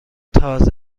تازه